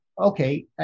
okay